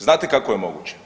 Znate kako je moguće?